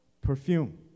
perfume